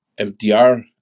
MDR